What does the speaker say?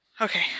Okay